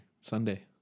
Sunday